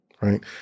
right